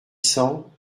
cents